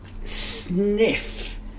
sniff